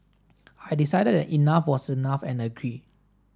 I decided that enough was enough and agreed